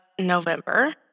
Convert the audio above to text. November